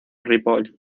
ripoll